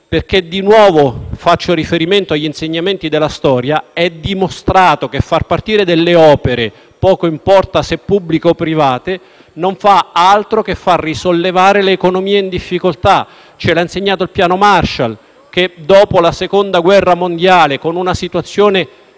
facendo di nuovo riferimento agli insegnamenti della storia, è dimostrato che far partire la realizzazione di opere (poco importa se pubbliche o private) non fa altro che risollevare l'economia in difficoltà. Ce l'ha insegnato il piano Marshall, che, dopo la Seconda guerra mondiale e con una situazione